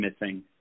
missing